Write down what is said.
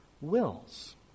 wills